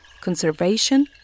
conservation